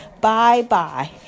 Bye-bye